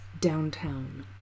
Downtown